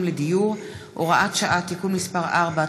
לדיור (הוראת שעה) (תיקון מס' 4),